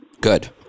Good